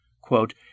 Quote